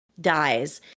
dies